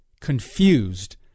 confused